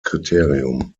kriterium